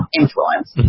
influence